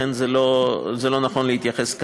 לכן זה לא נכון להתייחס כאן.